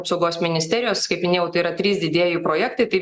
apsaugos ministerijos kaip minėjau tai yra trys didieji projektai tai